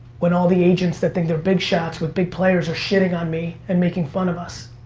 when all the agents that think they're big shots with big players are shitting on me and making fun of us.